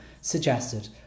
suggested